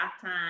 time